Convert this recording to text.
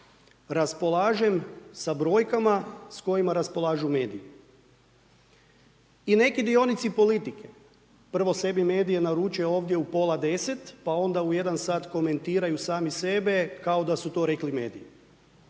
raspolažem sa brojkama sa kojima raspolažu mediji. I neki dionici politike, prvo sebi medije naruče ovdje u pola deset, pa onda u jedan sat komentiraju sami sebe kao da su to rekli mediji.